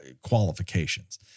qualifications